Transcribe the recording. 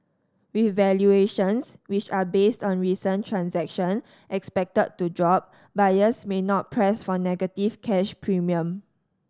with valuations which are based on recent transaction expected to drop buyers may not press for negative cash premium